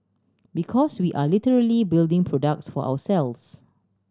because we are literally building products for ourselves